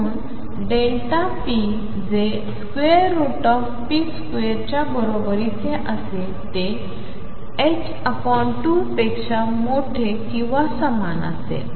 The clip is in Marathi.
म्हणून p जे ⟨p2⟩ च्या बरोबरीचे असेल ते 2पेक्षा मोठे किंवा समान असेल